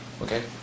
Okay